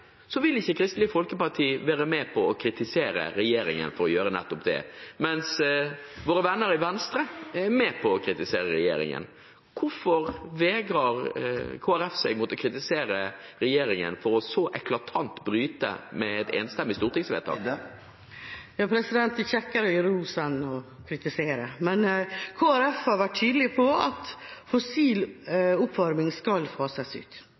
vil ikke Kristelig Folkeparti være med på å kritisere regjeringen for å gjøre det, mens våre venner i Venstre er med på å kritisere regjeringen. Hvorfor vegrer Kristelig Folkeparti seg mot å kritisere regjeringen for så eklatant å bryte med et enstemmig stortingsvedtak? Det er kjekkere å gi ros enn å kritisere. Kristelig Folkeparti har vært tydelig på at fossil oppvarming skal fases ut.